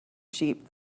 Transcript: sheep